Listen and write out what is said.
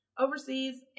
Overseas